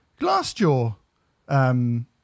Glassjaw